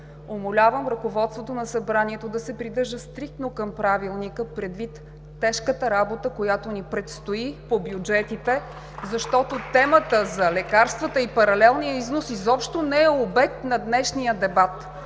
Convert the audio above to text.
Умолявам ръководството на Събранието да се придържа стриктно към Правилника предвид тежката работа, която ни предстои по бюджетите (частични ръкопляскания от ГЕРБ), защото темата за лекарствата и паралелния износ изобщо не е обект на днешния дебат.